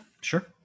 sure